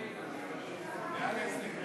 בעד ההסתייגות.